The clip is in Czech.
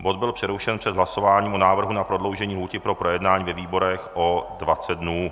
Bod byl přerušen před hlasováním o návrhu na prodloužení lhůty pro projednání ve výborech o 20 dnů.